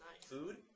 food